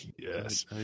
Yes